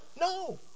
No